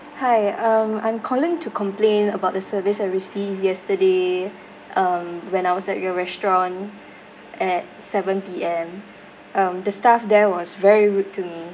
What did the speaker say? hi um I'm calling to complain about the service I received yesterday um when I was at your restaurant at seventy P_M um the staff there was very rude to me